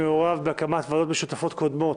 מעורב בהקמת ועדות משותפות קודמות,